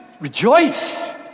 rejoice